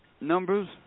numbers